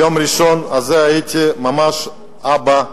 ביום ראשון הזה הייתי ממש אבא גאה.